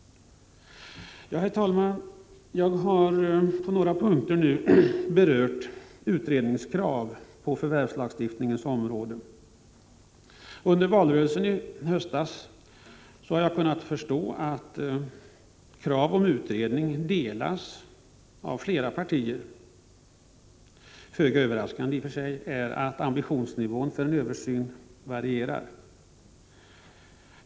Herr talman! Jag har på några punkter berört utredningskrav på förvärvslagens område. Under höstens valrörelse fick jag klart för mig att kravet på utredning delas av flera partier. Det är i och för sig föga överraskande att ambitionsnivån beträffande en översyn varierar.